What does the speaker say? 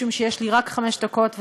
משום שיש לי רק חמש דקות,